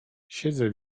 siedzę